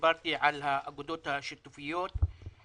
דיברתי על האגודות השיתופיות.